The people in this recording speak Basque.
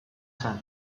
zen